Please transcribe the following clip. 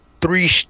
three